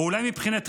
או אולי מבחינתכם,